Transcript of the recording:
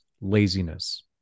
laziness